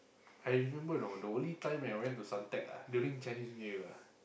I remember you know the only time when I went to Suntec ah during Chinese-New-Year ah